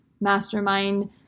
mastermind